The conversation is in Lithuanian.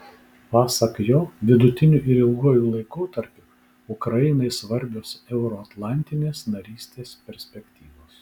pasak jo vidutiniu ir ilguoju laikotarpiu ukrainai svarbios euroatlantinės narystės perspektyvos